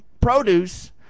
produce